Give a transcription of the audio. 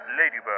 Ladybird